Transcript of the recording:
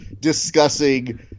discussing